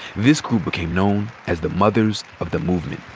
this group became known as the mothers of the movement.